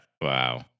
Wow